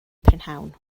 prynhawn